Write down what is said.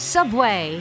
Subway